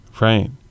Right